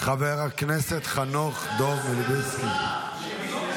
חבר הכנסת חנוך דב מלביצקי, בבקשה.